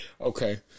Okay